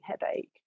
headache